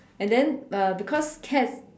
and then uh because cat